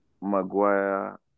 Maguire